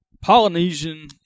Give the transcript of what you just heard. Polynesian